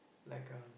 like uh